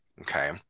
Okay